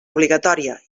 obligatòria